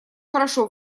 хорошо